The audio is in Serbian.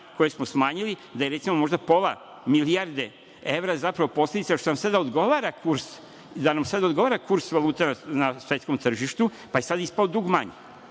koje smo smanjili recimo pola milijarde evra zapravo posledica da nam sada odgovara kurs valute na svetskom tržištu, pa je sada ispao dug manji. Druga